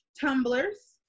tumblers